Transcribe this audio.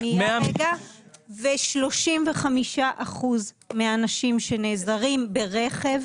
35 אחוזים מהאנשים שנעזרים ברכב,